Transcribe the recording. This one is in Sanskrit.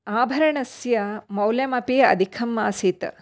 आभरणस्य मौल्यमपि अधिकम् आसीत्